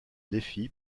défi